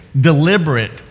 deliberate